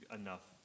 enough